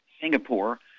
Singapore